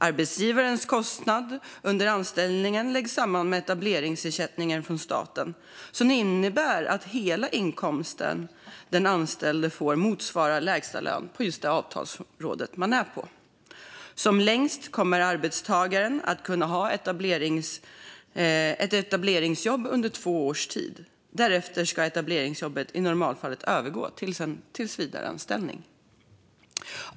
Arbetsgivarens kostnad under anställningen läggs samman med etableringsersättningen från staten, vilket innebär att hela den inkomst som den anställde får motsvarar lägstalönen inom avtalsområdet. Som längst kommer arbetstagaren att kunna ha ett etableringsjobb under två års tid. Därefter ska etableringsjobbet i normalfallet övergå till en tillsvidareanställning.